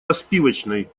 распивочной